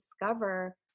discover